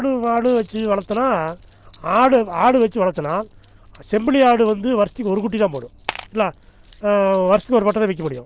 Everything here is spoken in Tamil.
ஆடு மாடு வச்சு வளர்த்தனா ஆடு ஆடு வச்சு வளர்த்தனா செம்புலி ஆடு வந்து வருடத்துக்கு ஒரு குட்டிதான் போடும் என்ன வருடத்துக்கு ஒரு ஆட்டைதான் விற்க முடியும்